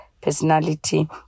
personality